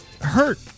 hurt